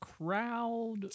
crowd